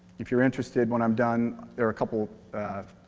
if you're interested when i'm done there are a couple of